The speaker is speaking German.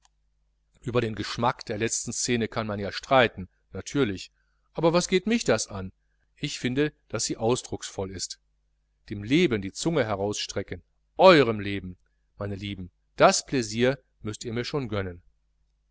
über den geschmack der letzten szene kann man ja streiten natürlich aber was geht das mich an ich finde daß sie ausdrucksvoll ist dem leben die zunge herausstrecken eurem leben meine lieben das plaisier müßt ihr mir schon gönnen